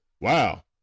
Wow